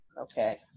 Okay